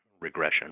regression